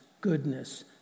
goodness